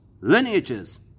lineages